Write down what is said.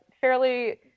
fairly